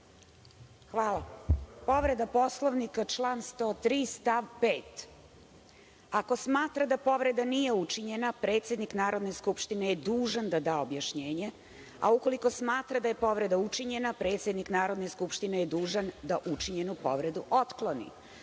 Hvala. Povreda Poslovnika, član 103. stav 5. - ako smatra da povreda nije učinjena, predsednik Narodne skupštine je dužan da da objašnjenje, a ukoliko smatra da je povreda učinjena, predsednik Narodne skupštine je dužan da učinjenu povredu otkloni. Malo